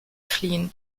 fliehen